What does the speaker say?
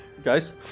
Guys